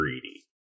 greedy